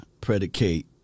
predicate